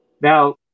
Now